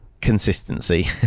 consistency